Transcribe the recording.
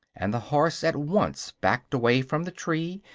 and the horse at once backed away from the tree,